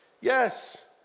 Yes